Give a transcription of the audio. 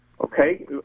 Okay